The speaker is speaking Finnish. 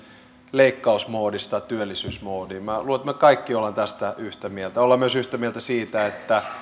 leikkausmoodista työllisyysmoodiin minä luulen että me kaikki olemme tästä yhtä mieltä olemme yhtä mieltä myös siitä että